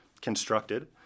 constructed